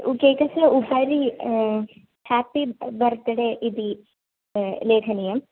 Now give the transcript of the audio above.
केकस्य उपरि ह्यापि birthday इति ले लेखनीयम्